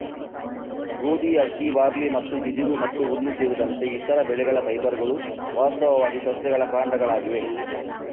ಗೋಧಿ, ಅಕ್ಕಿ, ಬಾರ್ಲಿ ಮತ್ತು ಬಿದಿರು ಮತ್ತು ಹುಲ್ಲು ಸೇರಿದಂತೆ ಇತರ ಬೆಳೆಗಳ ಫೈಬರ್ಗಳು ವಾಸ್ತವವಾಗಿ ಸಸ್ಯಗಳ ಕಾಂಡಗಳಾಗಿವೆ